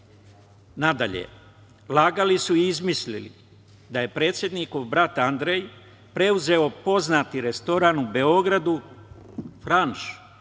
lagali su i izmislili da je predsednikov brat Andrej preuzeo poznati restoran u Beogradu „Franš“